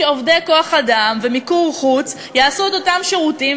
שעובדי כוח-אדם ומיקור חוץ ייתנו את אותם שירותים,